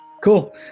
Cool